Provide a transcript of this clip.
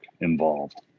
involved